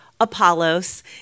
Apollos